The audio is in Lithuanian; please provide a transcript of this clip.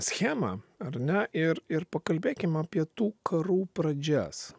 schemą ar ne ir ir pakalbėkim apie tų karų pradžias